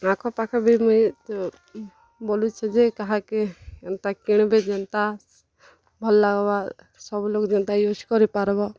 ଆଖେପାଖେ ବି ମୁଇଁ ବୋଲୁଛେ ଯେ କାହାକେ ଏନ୍ତା କିଣ୍ବେ ଯେନ୍ତା ଭଲ୍ ଲାଗ୍ବା ସବୁ ଲୋକ୍ ଯେନ୍ତା ୟୁଜ୍ କରିପାର୍ବ